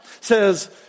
says